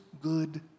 good